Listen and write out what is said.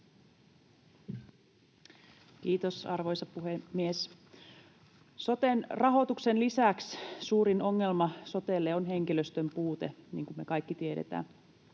Kiitos, arvoisa puhemies! Soten rahoituksen lisäksi suurin ongelma sotelle on henkilöstön puute, niin kuin me kaikki tiedämme.